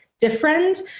different